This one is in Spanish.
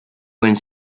buen